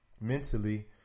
mentally